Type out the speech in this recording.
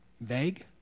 Vague